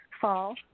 fall